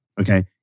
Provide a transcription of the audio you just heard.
okay